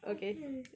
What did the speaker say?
okay